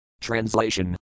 Translation